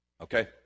okay